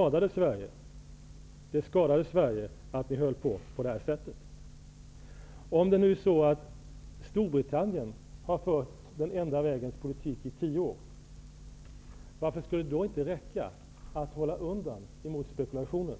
Allt detta skadade Om Storbritannien nu har fört den enda vägens politik i tio år, varför skulle det då inte räcka för att hålla undan emot spekulationer?